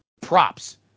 props